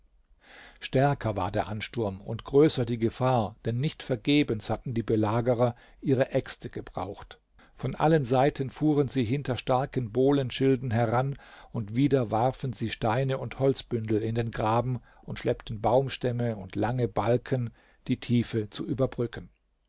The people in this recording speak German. stärker war der ansturm und größer die gefahr denn nicht vergebens hatten die belagerer ihre äxte gebraucht von allen seiten fuhren sie hinter starken bohlenschilden heran und wieder warfen sie steine und holzbündel in den graben und schleppten baumstämme und lange balken die tiefe zu überbrücken